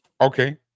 Okay